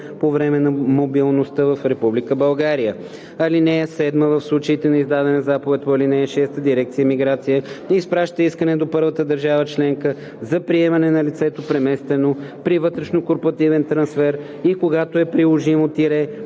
по време на мобилността в Република България. (7) В случаите на издадена заповед по ал. 6 дирекция „Миграция“ изпраща искане до първата държава членка за приемане на лицето, преместено при вътрешнокорпоративен трансфер, и когато е приложимо –